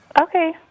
Okay